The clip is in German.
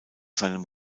seinem